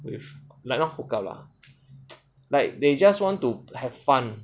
like not hook up lah like they just want to have fun